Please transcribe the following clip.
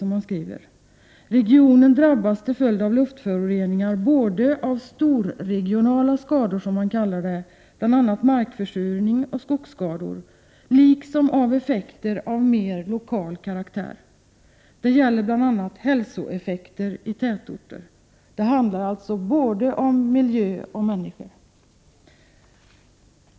Man skriver att regionen drabbas till följd av luftföroreningar både av storregionala skador, bl.a. markförsurning och skogsskador, liksom av effekter av mer lokal karaktär. Det gäller bl.a. hälsoeffekter i tätorter. Det handlar alltså både om miljö och om människor.